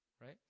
Right